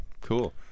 Cool